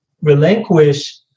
relinquish